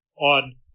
on